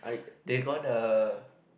they gonna